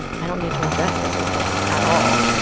i don't need to address everything at all.